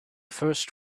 first